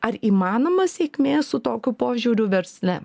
ar įmanoma sėkmė su tokiu požiūriu versle